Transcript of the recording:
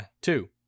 two